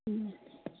ꯎꯝ